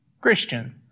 Christian